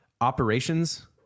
operations